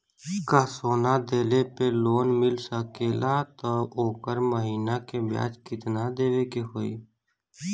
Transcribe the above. का सोना देले पे लोन मिल सकेला त ओकर महीना के ब्याज कितनादेवे के होई?